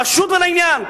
פשוט ולעניין,